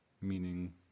meaning